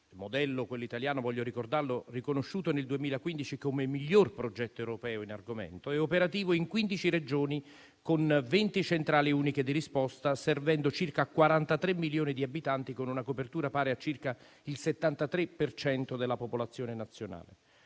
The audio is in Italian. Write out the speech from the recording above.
- modello, quello italiano, che voglio ricordare è stato riconosciuto nel 2015 come miglior progetto europeo in argomento - è operativo in 15 Regioni con 20 centrali uniche di risposta, servendo circa 43 milioni di abitanti, con una copertura pari a circa il 73 per cento della popolazione nazionale.